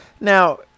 Now